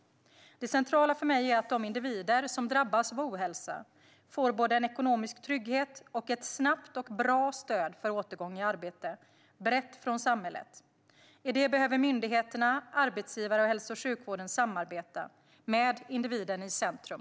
Det centrala för mig är att de individer som drabbats av ohälsa får både en ekonomisk trygghet och ett snabbt och bra stöd för återgång i arbete brett från samhället. I det behöver myndigheterna, arbetsgivare och hälso och sjukvården samarbeta, med individen i centrum.